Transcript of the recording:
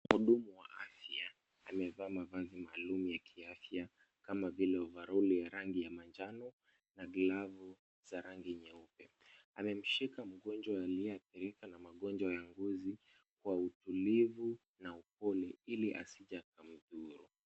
Mhudumu wa afya amevaa mavazi maalumu ya kiafya kama vile ovaroli ya rangi ya manjano na glavu za rangi nyeupe. Amemshika mgonjwa aliyeathirika na magonjwa ya ngozi kwa utulivu na upole ili asije akamdhuru.